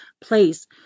place